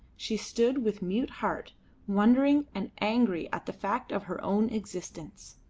she stood with mute heart wondering and angry at the fact of her own existence.